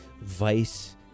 Vice